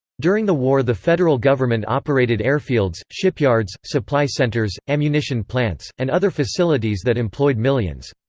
during the war the federal government operated airfields, shipyards, supply centers, ammunition plants, and other facilities that employed millions.